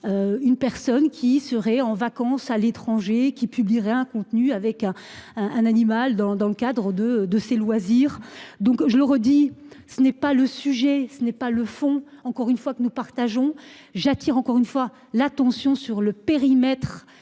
Une personne qui serait en vacances à l'étranger qui publierait un contenu avec un, un, un animal dans, dans le cadre de de ces loisirs donc je le redis, ce n'est pas le sujet, ce n'est pas le fond. Encore une fois que nous partageons. J'attire encore une fois l'attention sur le périmètre